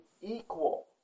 equal